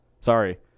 Sorry